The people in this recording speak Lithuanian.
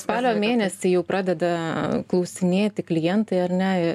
spalio mėnesį jau pradeda klausinėti klientai ar ne